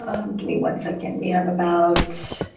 give me one second. we have about